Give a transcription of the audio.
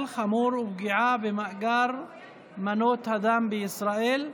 חמור ופגיעה במאגר מנות הדם בישראל,